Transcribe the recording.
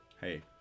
hey